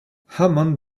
hammond